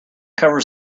covers